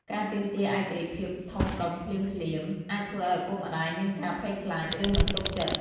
ការទាមទារឯករាជ្យភាពធំដុំភ្លាមៗ អាចធ្វើឲ្យឪពុកម្ដាយមានការភ័យខ្លាច ឬមិនទុកចិត្ត។